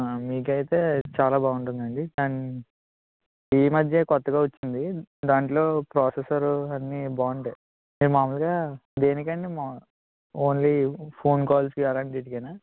మీకు అయితే ఇది చాలా బాగుంటుంది అండి అండ్ ఈ మధ్య కొత్తగా వచ్చింది దాంట్లో ప్రాసెసరు అన్నీ బాగుంటాయి మీరు మామూలుగా దేనికి అండి మా ఓన్లీ ఫోన్ కాల్స్కి అలాంటి వీటికేనా